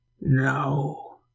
No